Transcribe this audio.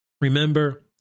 remember